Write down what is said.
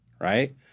right